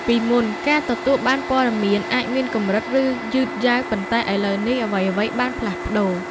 ពីមុន ការទទួលបានព័ត៌មានអាចមានកម្រិត ឬយឺតយ៉ាវ ប៉ុន្តែឥឡូវនេះ អ្វីៗបានផ្លាស់ប្ដូរ។